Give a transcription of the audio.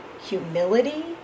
humility